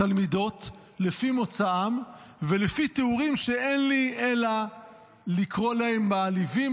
תלמידות לפי מוצאן ולפי תיאורים שאין לי אלא לקרוא להם מעליבים,